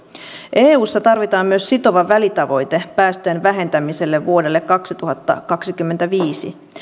eussa tarvitaan myös sitova välitavoite päästöjen vähentämiselle vuodelle kaksituhattakaksikymmentäviisi